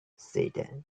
satan